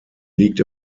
liegt